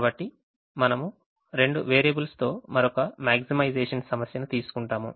కాబట్టి మనము రెండు వేరియబుల్స్ తో మరొక మాక్సిమైసేషన్ సమస్యను తీసుకుంటాము